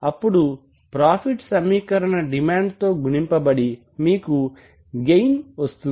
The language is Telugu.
అప్పుడు ప్రాఫిట్ సమీకరణం డిమాండ్ తో గుణింపబడి మీకు గెయిన్ వస్తుంది